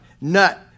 Nut